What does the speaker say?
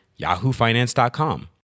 yahoofinance.com